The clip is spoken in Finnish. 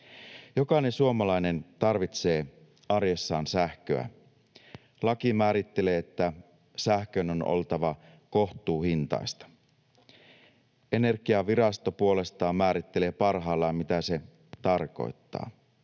Jokainen suomalainen tarvitsee arjessaan sähköä. Laki määrittelee, että sähkön on oltava kohtuuhintaista. Energiavirasto puolestaan määrittelee parhaillaan, mitä se tarkoittaa.